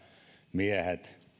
miehet